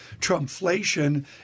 Trumpflation